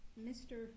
Mr